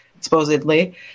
supposedly